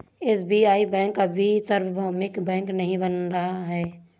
SBI bank अभी सार्वभौमिक bank नहीं बना है